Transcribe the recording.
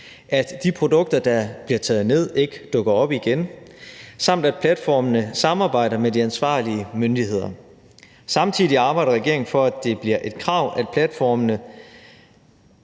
at de produkter, der bliver taget ned, ikke dukker op igen; samt at platformene samarbejder med de ansvarlige myndigheder. Samtidig arbejder regeringen for, at det bliver et krav, at platformene